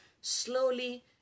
Slowly